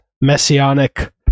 messianic